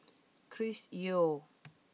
Chris Yeo